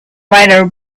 rather